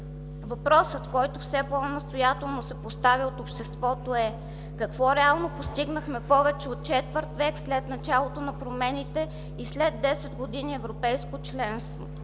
Въпросът, който все по-настоятелно се поставя от обществото, е: какво реално постигнахме повече от четвърт век след началото на промените и след десет години европейско членство?